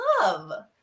love